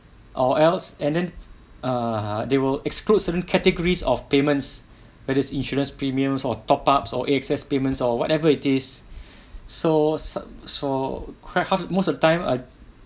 or else and then err they will exclude certain categories of payments whether is insurance premiums or top ups or excess payments or whatever it is so so quite half most of time I